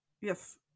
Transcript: yes